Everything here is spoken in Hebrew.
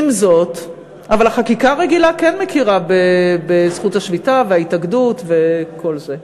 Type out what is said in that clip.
אבל החקיקה הרגילה כן מכירה בזכות השביתה וההתאגדות וכל זה.